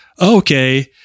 okay